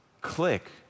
click